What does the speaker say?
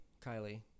Kylie